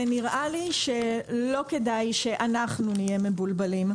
ונראה לי שלא כדאי שאנחנו נהיה מבולבלים,